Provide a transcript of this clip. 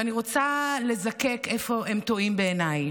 ואני רוצה לזקק איפה הם טועים בעיניי: